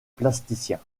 plasticiens